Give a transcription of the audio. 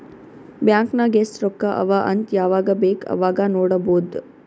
bank ನಾಗ್ ಎಸ್ಟ್ ರೊಕ್ಕಾ ಅವಾ ಅಂತ್ ಯವಾಗ ಬೇಕ್ ಅವಾಗ ನೋಡಬೋದ್